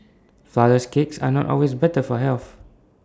Flourless Cakes are not always better for health